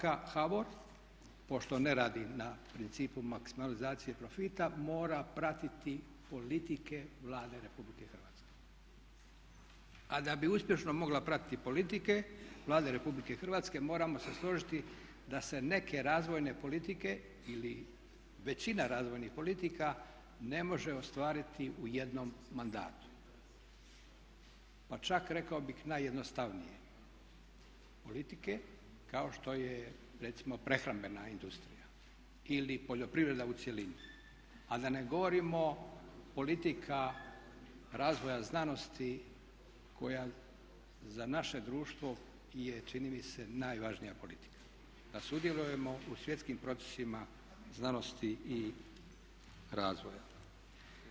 Banka HBOR pošto ne radi na principu maksimalizacije profita mora pratiti politike Vlade Republike Hrvatske, a da bi uspješno mogla pratiti politike Vlade RH moramo se složiti da se neke razvojne politike ili većina razvojnih politika ne može ostvariti u jednom mandatu, pa čak rekao bih najjednostavnije politike kao što je recimo prehrambena industrija ili poljoprivreda u cjelini, a da ne govorimo politika razvoja znanosti koja za naše društvo je čini mi se najvažnija politika, da sudjelujemo u svjetskim procesima znanosti i razvoja.